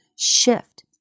shift